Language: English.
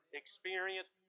experience